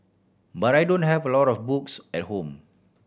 but I don't have a lot of books at home